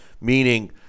meaning